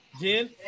Jen